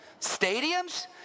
stadiums